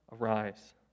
arise